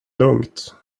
lugnt